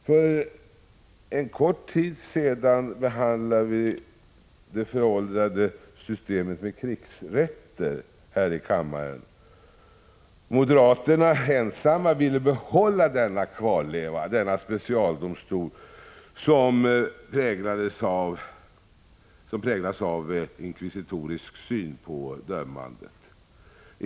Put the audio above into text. För en kort tid sedan behandlade vi | här i kammaren det föråldrade systemet för krigsrätter. Moderaterna 147 ensamma ville behålla denna kvarleva, denna specialdomstol som präglas av en inkvisitorisk syn på dömandet.